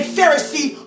Pharisee